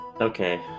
Okay